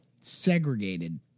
segregated